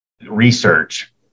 research